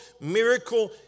miracle